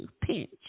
pinch